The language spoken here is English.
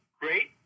great